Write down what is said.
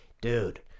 Dude